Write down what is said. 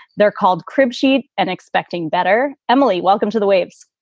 they're called crib sheets and expecting better. emily, welcome to the waves.